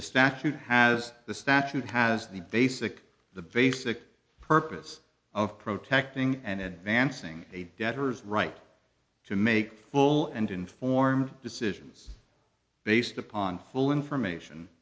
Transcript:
the statute has the statute has the basic the basic purpose of protecting and advancing a debtor's right to make full and informed decisions based upon full information